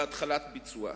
והתחלת ביצועה.